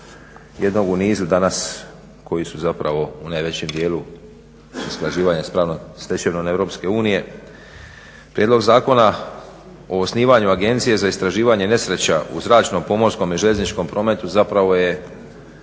jedan u nizu danas koji su zapravo u najvećem djelu usklađivanja s pravnom stečevinom EU. Prijedlog zakona o osnivanju Agencije za istraživanje nesreća u zračnom, pomorskom i željezničkom prometu zapravo je